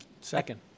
Second